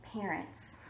parents